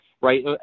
right